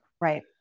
Right